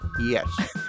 Yes